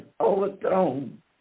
overthrown